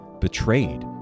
betrayed